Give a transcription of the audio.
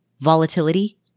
volatility